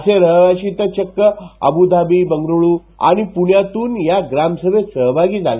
असे रहिवासी तर चक्क अबुधाबी बंगळुरू आणि पुण्यातून या ग्रामसभेत सहभागी झाले